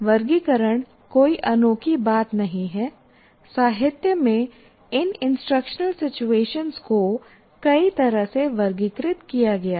वर्गीकरण कोई अनोखी बात नहीं है साहित्य में इन इंस्ट्रक्शनल सिचुएशनस को कई तरह से वर्गीकृत किया गया है